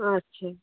আচ্ছা